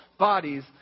bodies